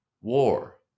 war